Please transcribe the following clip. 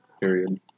period